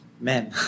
men